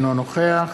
אינו נוכח